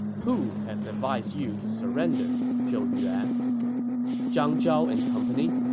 who has advised you to surrender? zhou yu asked zhang zhao and company,